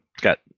Got